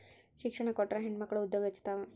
ಶಿಕ್ಷಣ ಕೊಟ್ರ ಹೆಣ್ಮಕ್ಳು ಉದ್ಯೋಗ ಹೆಚ್ಚುತಾವ